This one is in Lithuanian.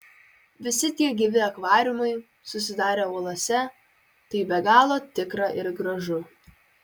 visi tie gyvi akvariumai susidarę uolose tai be galo tikra ir gražu